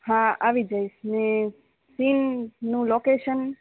હા આવી જઈશ ને સીમનું લોકેશન